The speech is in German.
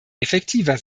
effektiver